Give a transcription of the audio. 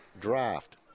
draft